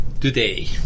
today